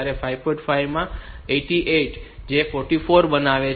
5 માં 8 જે તેને 44 બનાવે છે